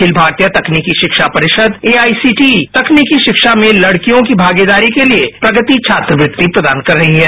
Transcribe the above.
अखिल भारतीय तकनीकी शिक्षा परिषद ए आई सी टी तकनीकी शिक्षा में लड़कियों की भागीदारी के लिए प्रगति छात्रवृति प्रदान कर रही है